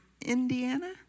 Indiana